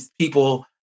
people